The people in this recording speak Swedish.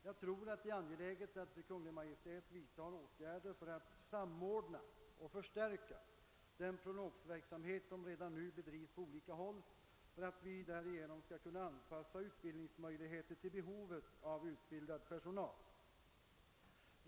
Jag tror att det är angeläget att Kungl. Maj:t vidtar åtgärder för att samordna och förstärka den prognosverksamhet som redan nu bedrivs på olika håll, för att vi därigenom skall kunna anpassa utbildningsmöjligheterna till behovet av utbildad personal.